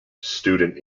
student